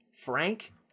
frank